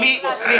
זה לא מכובד.